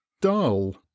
dull